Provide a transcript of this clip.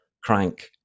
crank